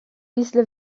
після